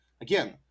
Again